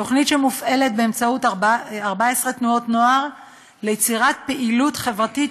תוכנית שמופעלת באמצעות 14 תנועות נוער ליצירת פעילות חברתית